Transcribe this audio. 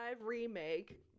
remake